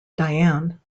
diane